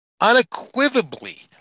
Unequivocally